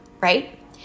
right